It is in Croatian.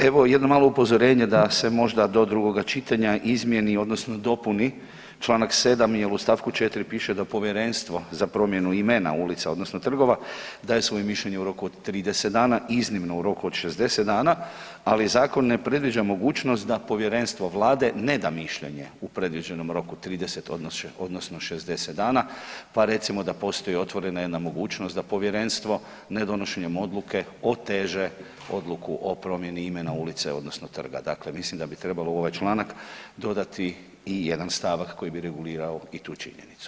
Evo, jedno malo upozorenje da se možda do drugoga čitanja izmjeni odnosno dopuni čl. 7 jer u st. 4 piše da Povjerenstvo za promjenu imena ulica, odnosno trgova, daje svoje mišljenje u roku od 30 dana, iznimno u roku od 60 dana, ali Zakon ne predviđa mogućnost da Povjerenstvo Vlade ne da mišljenje u predviđenom roku od 30 odnosno 60 dana, pa recimo da postoji otvorena jedna mogućnost da Povjerenstvo nedonošenjem odluke oteže odluku o promjeni imena, ulice, odnosno trga, dakle mislim da bi trebalo ovaj članak dodati i jedan stavak koji bi regulirao i tu činjenicu.